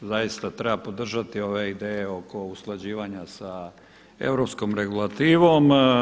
Zaista treba podržati ove ideje oko usklađivanja sa europskom regulativom.